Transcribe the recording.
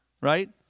Right